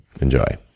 Enjoy